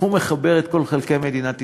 הוא מחבר את כל חלקי מדינת ישראל.